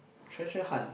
treasure hunt